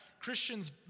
Christians